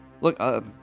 Look